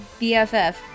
BFF